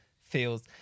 feels